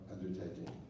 undertaking